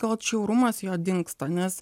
gal atšiaurumas jo dingsta nes